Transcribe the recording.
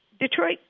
Detroit